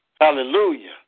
Hallelujah